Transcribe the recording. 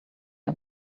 are